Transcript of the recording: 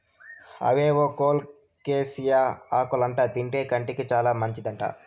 అవేవో కోలోకేసియా ఆకులంట తింటే కంటికి చాలా మంచిదంట